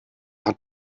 hat